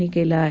यांनी केलं आहे